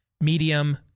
medium